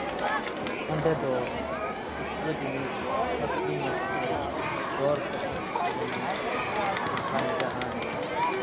ᱚᱸᱰᱮ ᱫᱚ ᱠᱷᱩᱪᱨᱟᱹ ᱡᱤᱱᱤᱥ ᱟᱠᱷᱨᱤᱧᱚᱜ ᱛᱮ ᱫᱚᱨ ᱠᱚᱥᱟ ᱠᱩᱥᱤ ᱨᱮᱱᱟᱜ ᱚᱱᱠᱟᱱ ᱡᱟᱦᱟᱸᱱ